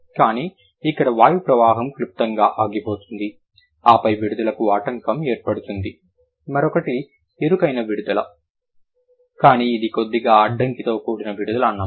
కానీ ఇక్కడ వాయుప్రవాహం క్లుప్తంగా ఆగిపోతుంది ఆపై విడుదలకు ఆటంకం ఏర్పడుతుంది మరొకటి ఇరుకైన విడుదల కానీ ఇది కొద్దిగా అడ్డంకితో కూడిన విడుదల అన్నమాట